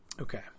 Okay